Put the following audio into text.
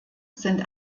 sind